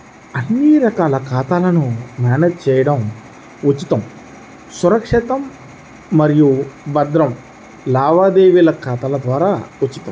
అన్ని రకాల ఖాతాలను మ్యానేజ్ చేయడం ఉచితం, సురక్షితం మరియు భద్రం లావాదేవీల ఖాతా ద్వారా ఉచితం